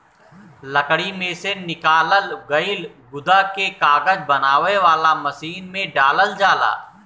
लकड़ी में से निकालल गईल गुदा के कागज बनावे वाला मशीन में डालल जाला